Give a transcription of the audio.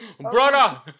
Brother